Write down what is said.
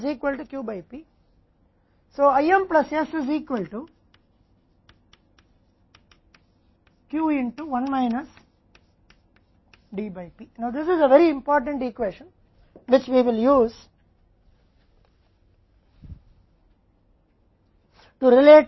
अब यह एक बहुत ही महत्वपूर्ण समीकरण है जिसका उपयोग हम IM s और Q से संबंधित करेंगे